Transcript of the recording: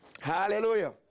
Hallelujah